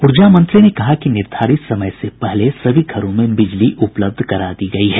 ऊर्जा मंत्री ने कहा कि निर्धारित समय से पहले सभी घरों में बिजली उपलब्ध करा दी गई है